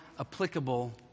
applicable